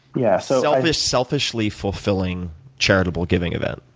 yeah so selfishly fulfilling charitable giving event?